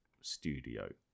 studio